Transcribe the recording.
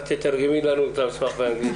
תתרגמי לנו את הנאמר.